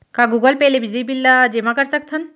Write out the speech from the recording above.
का Google Pay ले बिजली बिल ल जेमा कर सकथन?